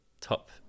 top